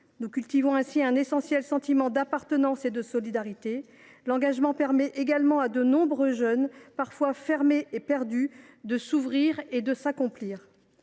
Nous cultivons ainsi un essentiel sentiment d’appartenance et de solidarité. L’engagement permet également à de nombreux jeunes, parfois fermés et perdus, de s’ouvrir et de s’accomplir.